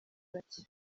bake